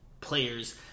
players